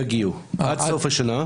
יגיעו, עד סוף השנה.